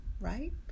right